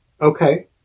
okay